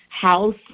house